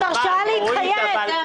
זה הרשאה להתחייב.